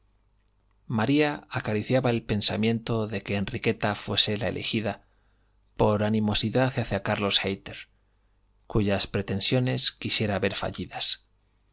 maría acariciaba el pensamiento de que enriqueta fuese la elegida por animosidad hacia carlos hayter cuyas pretensiones quisiera ver fallidas